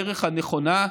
הדרך הנכונה,